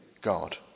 God